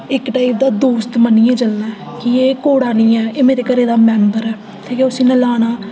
इक ते ओह्दा दोस्त बनियै चलना ऐ कि एह् घोड़ा निं ऐ मेरे घरै दा मेंबर ऐ ठीक ऐ उसी नल्हाना